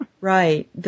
right